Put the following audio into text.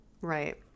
Right